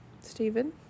Stephen